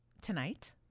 tonight